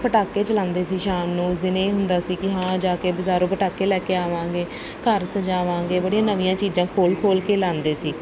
ਪਟਾਕੇ ਚਲਾਉਂਦੇ ਸੀ ਸ਼ਾਮ ਨੂੰ ਉਸ ਦਿਨ ਇਹ ਹੁੰਦਾ ਸੀ ਕਿ ਹਾਂ ਜਾ ਕੇ ਬਾਜ਼ਾਰੋਂ ਪਟਾਕੇ ਲੈ ਕੇ ਆਵਾਂਗੇ ਘਰ ਸਜਾਵਾਂਗੇ ਬੜੀਆਂ ਨਵੀਆਂ ਚੀਜ਼ਾਂ ਖੋਲ੍ਹ ਖੋਲ੍ਹ ਕੇ ਲਾਉਂਦੇ ਸੀ